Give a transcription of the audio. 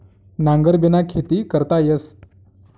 नांगरबिना खेती करता येस